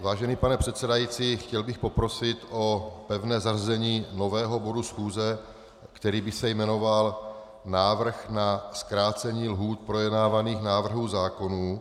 Vážený pane předsedající, chtěl bych poprosit o pevné zařazení nového bodu schůze, který by se jmenoval Návrh na zkrácení lhůt projednávaných návrhů zákonů.